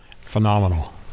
Phenomenal